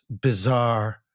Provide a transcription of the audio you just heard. bizarre